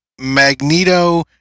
Magneto